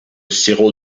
sirop